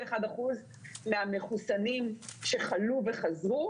ש-91 אחוזים מהמחוסנים שחלו וחזרו,